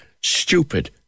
stupid